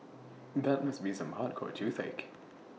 that must be some hardcore toothache